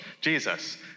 Jesus